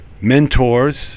mentors